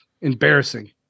embarrassing